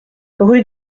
rue